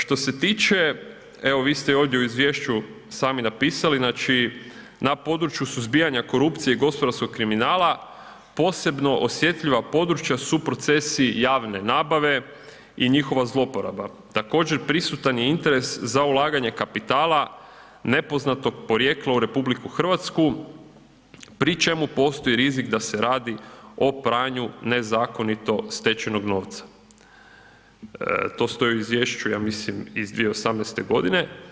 Što se tiče, evo vi ste i ovdje u Izvješću sami napisali, znači, na području suzbijanja korupcije i gospodarskog kriminala, posebno osjetljiva područja su procesi javne nabave i njihova zlouporaba, također prisutan je i interes za ulaganje kapitala nepoznatog porijekla u Republiku Hrvatsku pri čemu postoji rizik da se radi o pranju nezakonito stečenog novca, to stoji u Izvješću, ja mislim iz 2018.-te godine.